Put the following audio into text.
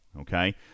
okay